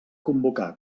convocar